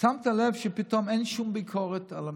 שמת לב שפתאום אין שום ביקורת על הממשלה?